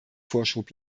vorschub